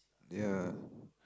ya